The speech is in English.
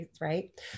right